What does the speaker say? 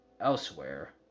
Elsewhere